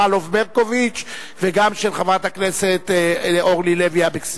שמאלוב-ברקוביץ וגם של חברת הכנסת אורלי לוי אבקסיס.